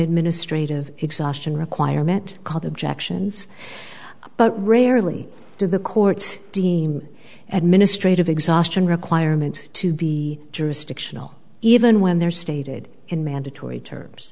administrative exhaustion requirement called objections but rarely do the courts deem administrative exhaustion requirement to be jurisdictional even when they're stated in mandatory terms